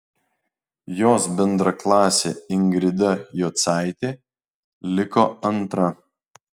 jos bendraklasė ingrida jocaitė liko antra